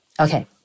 Okay